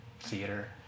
theater